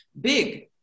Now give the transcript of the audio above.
big